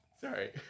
Sorry